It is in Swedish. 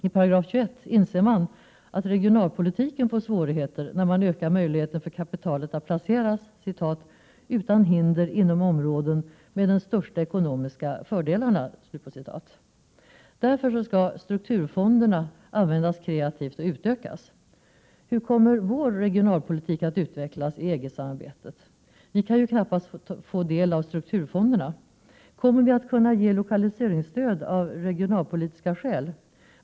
I § 21 inser man att regionalpolitiken får svårigheter när möjligheten ökar för kapitalet att placeras ”utan hinder inom områden med de största ekonomiska fördelarna”. Därför skall strukturfonderna användas kreativt och utökas. Hur kommer vår regionalpolitik att utvecklas i EG-samarbetet? Vi kan knappast få del av strukturfonderna. Kommer vi att kunna ge lokaliseringsstöd av regionalpolitiska skäl?